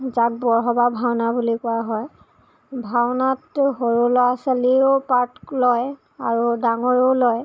যাক বৰসবাহ ভাওনা বুলি কোৱা হয় ভাওনাত সৰু ল'ৰা ছোৱালীয়েও পাৰ্ট লয় আৰু ডাঙৰেও লয়